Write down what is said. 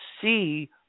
see